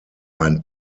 ein